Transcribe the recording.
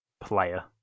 player